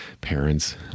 parents